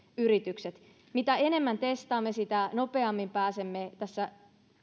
yritykset mitä enemmän testaamme sitä nopeammin pääsemme tässä